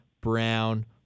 Brown